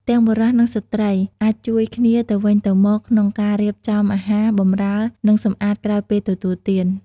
ទាំងបុរស និងស្ត្រីអាចជួយគ្នាទៅវិញទៅមកក្នុងការរៀបចំអាហារ បម្រើ និងសម្អាតក្រោយពេលទទួលទាន។